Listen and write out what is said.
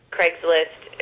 Craigslist